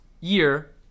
year